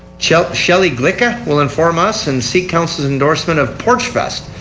shelly shelly glicca will inform us and seek council's endorsement of porchfest.